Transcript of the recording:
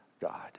God